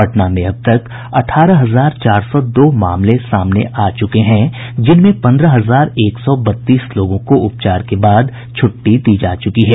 पटना में अब तक अठारह हजार चार सौ दो मामले सामने आ चुके हैं जिनमें पंद्रह हजार एक सौ बत्तीस लोगों को उपचार के बाद छुट्टी दी चुकी है